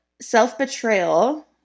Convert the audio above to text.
self-betrayal